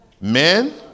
Men